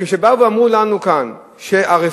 באו ואמרו לנו כאן שהרפורמה